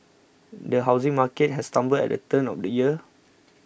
the housing market has stumbled at the turn of the year